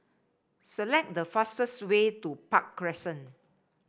select the fastest way to Park Crescent